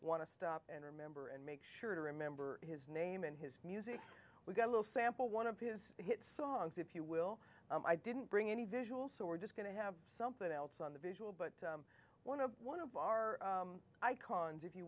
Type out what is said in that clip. want to stop and remember and make sure to remember his name and his music we got a little sample one of his hit songs if you will i didn't bring any visual so we're just going to have something else on the visual but one of one of our icons if you